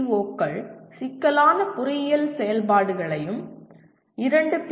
ஓக்கள் சிக்கலான பொறியியல் செயல்பாடுகளையும் இரண்டு பி